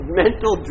mental